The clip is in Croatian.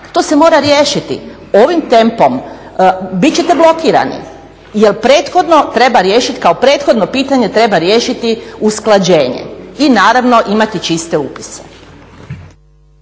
To se mora riješiti. Ovim tempom bit ćete blokirani jer prethodno treba riješiti, kao prethodno pitanje treba riješiti usklađenje i naravno imati čiste upise.